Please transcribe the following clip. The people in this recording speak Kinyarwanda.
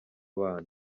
bana